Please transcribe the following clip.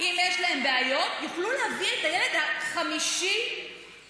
אם יש להם בעיות הם יוכלו להביא את הילד החמישי בפונדקאות,